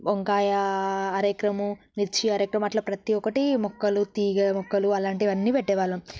వంకాయ అర ఎకరము మిర్చి ఆర ఎకరము అలా ప్రతి ఒక్కటి మొక్కలు తీగ మొక్కలు అలాంటివన్నీ పెట్టే వాళ్ళము